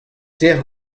teir